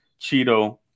Cheeto